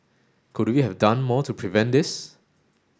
could we have done more to prevent this